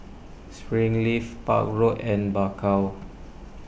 Springleaf Park Road and Bakau